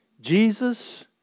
Jesus